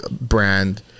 brand